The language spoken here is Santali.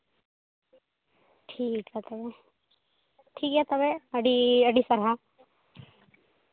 ᱴᱷᱤᱠᱜᱮᱭᱟ ᱛᱚᱵᱮ ᱴᱷᱤᱠᱜᱮᱭᱟ ᱛᱚᱵᱮ ᱟᱹᱰᱤ ᱟᱹᱰᱤ ᱥᱟᱨᱦᱟᱣ